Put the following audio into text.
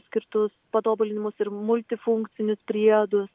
skirtus patobulinimus ir multifunkcinius priedus